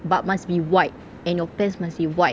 but must be white and your pants must be white